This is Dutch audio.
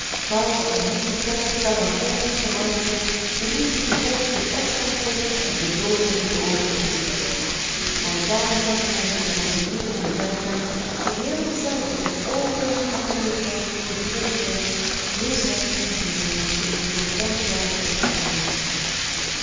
en hitte getart quarantaines gehouden de liefde gekend de pest ontvlucht en den dood onder de oogen gezien maar daar zat hij in onze nederige tuinkamer geheel dezelfde in oogen hartelijkheid goedwilligheid heuschheid en vriendschap als toen ik voor vijf jaren in zijn album schreef